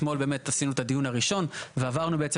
אתמול באמת עשינו את הדיון הראשון ועברנו בעצם